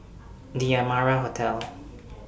The Amara Hotel